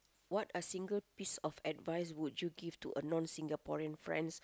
what are single piece of advice you would give to a non Singaporean friends